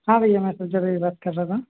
हाँ भईया हाँ बात कर रहा था